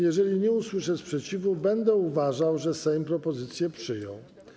Jeżeli nie usłyszę sprzeciwu, będę uważał, że Sejm propozycję przyjął.